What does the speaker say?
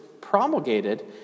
promulgated